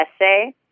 essay